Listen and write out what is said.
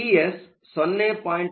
ಆದ್ದರಿಂದ ಟಿಎಸ್ 0